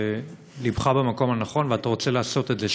ולבך במקום הנכון, ואתה רוצה לעשות את זה.